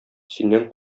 синнән